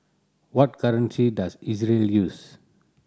what currency does Israel use